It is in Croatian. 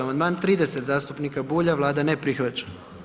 Amandman 30. zastupnika Bulja, Vlada ne prihvaća.